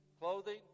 clothing